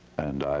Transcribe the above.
and